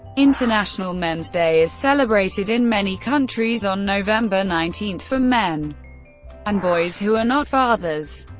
international men's day is celebrated in many countries on november nineteen for men and boys who are not fathers.